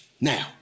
now